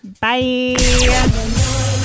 Bye